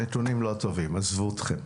הנתונים לא טובים עזבו אתכם.